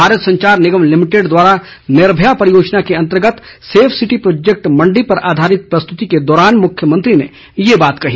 Bharat Sanchar Nigam limited द्वारा निर्भया परियोजना के अंतर्गत सेफ सिटी प्रोजेक्ट मंडी पर आधारित प्रस्तुति के दौरान मुख्यमंत्री ने ये बात कही